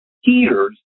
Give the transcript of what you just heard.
heaters